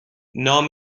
نام